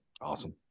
awesome